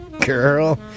Girl